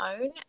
own